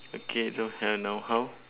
okay don't have now how